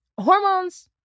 hormones